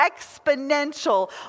exponential